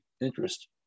interest